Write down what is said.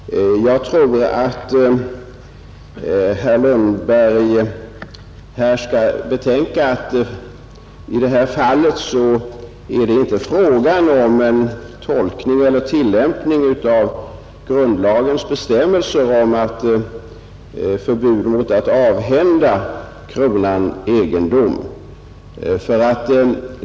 Herr talman! Jag tror att herr Lundberg här bör betänka att det i detta fall inte är fråga om en tolkning eller tillämpning av grundlagens bestämmelser om förbud mot att avhända kronan egendom.